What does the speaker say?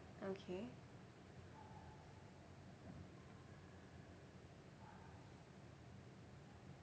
okay